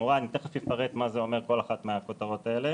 ותכף אפרט מה כל נקודה אומרת: אחת זה המאבק בפשיעה החמורה,